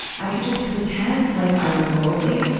i could just pretend like i was worldly.